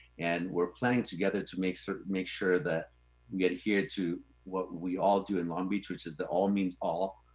and we're planning together to make sort of make sure that we adhere to what we all do in long beach, which is that all means all